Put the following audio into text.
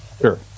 Sure